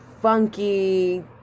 funky